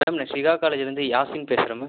ma'am நான் சிவா காலேஜிலேந்து யாசிம் பேசுகிறேன் மேம்